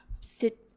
sit